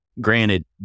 Granted